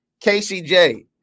KCJ